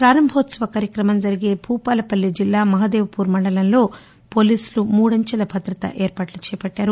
ప్రారంభోత్సవ కార్యక్రమం జరిగే భూపాలపల్లి జిల్లా మహాదేవ్పూర్ మండలంలో పోలీసులు మూడంచేల భద్రత ఏర్పాట్లు చేపట్టారు